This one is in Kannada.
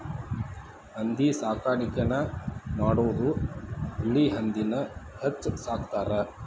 ಹಂದಿ ಸಾಕಾಣಿಕೆನ ಮಾಡುದು ಬಿಳಿ ಹಂದಿನ ಹೆಚ್ಚ ಸಾಕತಾರ